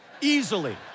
easily